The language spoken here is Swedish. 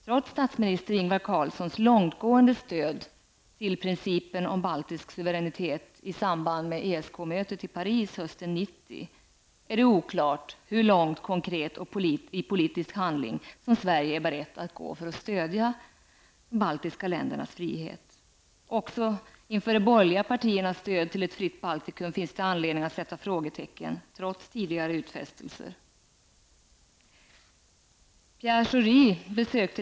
Trots statsminister Ingvar Carlssons långtgående stöd för principen om baltisk suvernänitet i samband med ESK-mötet i Paris hösten 1990 är det oklart hur långt Sverige i konkret politisk handling är berett att gå för att stödja de baltiska ländernas frihet. Också inför de borgerliga partiernas stöd till ett fritt Baltikum finns det anledning att sätta frågetecken, trots deras tidigare utfästelser.